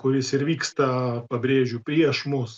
kuris ir vyksta pabrėžiu prieš mus